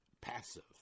passive